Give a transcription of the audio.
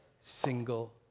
single